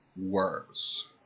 worse